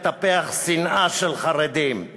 לטפח שנאה של חרדים,